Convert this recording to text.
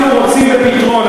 אנחנו רוצים בפתרון,